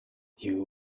you